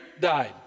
died